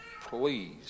please